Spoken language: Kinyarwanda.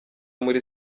muri